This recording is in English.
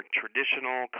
traditional